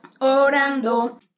orando